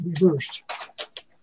reversed